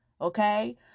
Okay